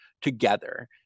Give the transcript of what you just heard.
together